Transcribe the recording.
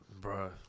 Bro